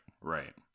right